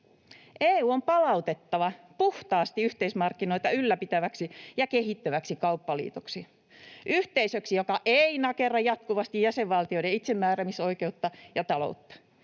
EU on palautettava puhtaasti yhteismarkkinoita ylläpitäväksi ja kehittäväksi kauppaliitoksi: Yhteisöksi, joka ei nakerra jatkuvasti jäsenvaltioiden itsemääräämisoikeutta ja taloutta.